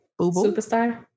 Superstar